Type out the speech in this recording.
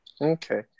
Okay